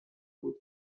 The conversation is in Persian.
بود